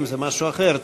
אם זה משהו אחר,